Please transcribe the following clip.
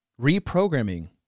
reprogramming